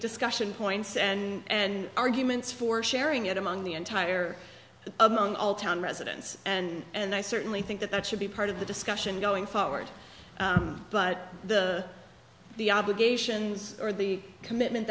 discussion points and arguments for sharing it among the entire among all town residents and i certainly think that that should be part of the discussion going forward but the the obligations or the commitment